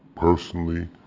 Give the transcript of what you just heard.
personally